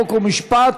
חוק ומשפט